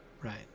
Right